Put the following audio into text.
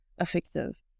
effective